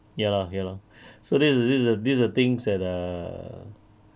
ya lor ya lor so this err this err things that err